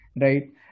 right